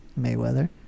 Mayweather